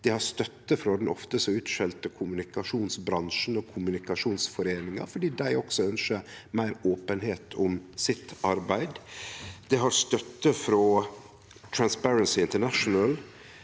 Det har støtte frå den ofte utskjelte kommunikasjonsbransjen og Kommunikasjonsforeningen, fordi dei også ønskjer meir openheit om arbeidet sitt. Det har støtte frå Transparency International.